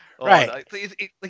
Right